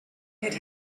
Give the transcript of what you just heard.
had